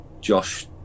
Josh